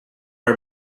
are